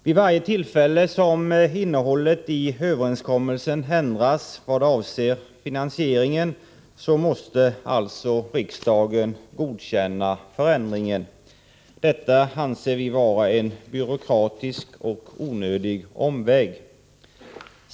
Vid varje tillfälle som innehållet i överenskommelsen ändras vad avser finansieringen måste riksdagen godkänna förändringen. Detta anser vi vara en byråkratisk och onödig omväg.